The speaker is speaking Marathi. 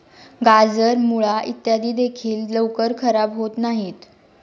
गाजर, मुळा इत्यादी देखील लवकर खराब होत नाहीत